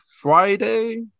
Friday